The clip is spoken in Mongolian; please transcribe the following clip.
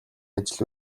ажил